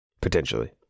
Potentially